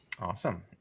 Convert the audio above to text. Awesome